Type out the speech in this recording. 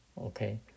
Okay